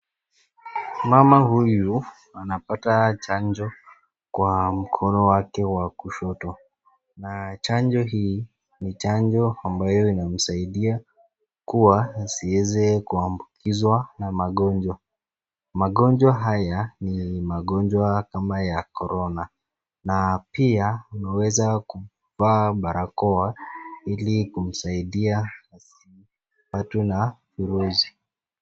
Mama huyu anapata chanjo kwa mkono wake wa kushoto na chanjo hii ni chanjo ambayo inamsaidia kuwa asiweze kuambukikwa na magonjwa. Magonjwa haya ni magonjwa kama ya korona na pia huweza kuvaa barakoa ili kumsaidia asipatwe na virusi.